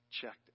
checked